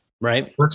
Right